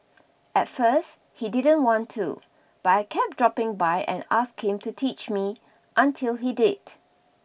at first he didn't want to but I kept dropping by and asking him to teach me until he did